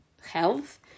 health